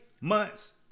months